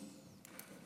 אלכס קושניר (ישראל ביתנו):